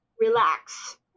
Relax